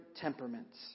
temperaments